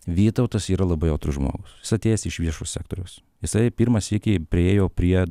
vytautas yra labai jautrus žmogus jis atėjęs iš viešo sektoriaus jisai pirmą sykį priėjo prie